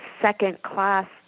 second-class